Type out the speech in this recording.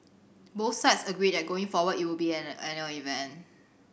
both sides agreed that going forward it would be an annual event